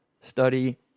study